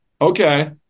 Okay